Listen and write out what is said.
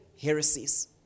heresies